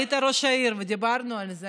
היית ראש עיר, ודיברנו על זה.